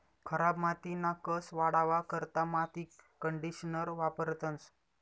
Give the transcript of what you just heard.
खराब मातीना कस वाढावा करता माती कंडीशनर वापरतंस